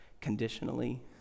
conditionally